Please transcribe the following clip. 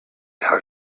how